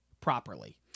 properly